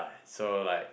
so like